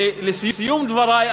ולסיום דברי,